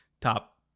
top